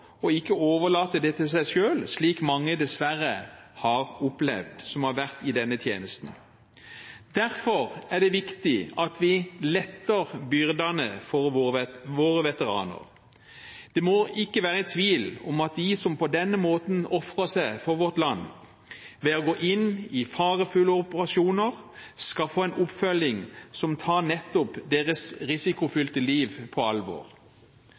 og ikke overlate det til seg selv, slik mange som har vært i denne tjenesten, dessverre har opplevd. Derfor er det viktig at vi letter byrdene for våre veteraner. Det må ikke være tvil om at de som på denne måten ofrer seg for vårt land ved å gå inn i farefulle operasjoner, skal få en oppfølging som tar nettopp deres risikofylte liv på alvor.